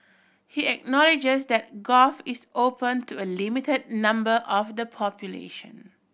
he acknowledges that golf is open to a limited number of the population